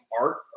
art